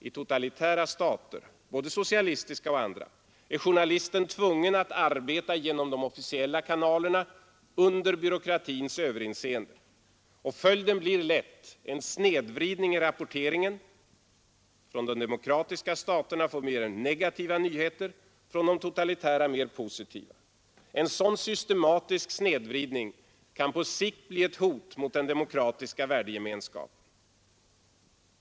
I totalitära stater — både socialistiska och andra — är journalisten tvungen att arbeta genom de officiella kanalerna, under byråkratins överinseende. Följden blir lätt en snedvridning i rapporteringen: från de demokratiska staterna får vi mer negativa nyheter, från de totalitära mer positiva. En sådan systematisk snedvridning kan på sikt bli ett hot mot den demokratiska värdegemenskapen.